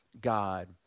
God